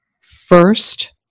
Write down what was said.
first